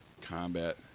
combat